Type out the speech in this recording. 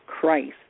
Christ